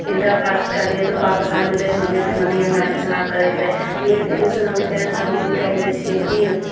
inter first करलिए तऽ पा पइसा मिललै तऽ मम्मी फेरो बी ए मे एडमिशन आब करेतै बी ए मे एडमिशन मम्मी करेतै तऽ हम मम्मीके कहि देने छिए कि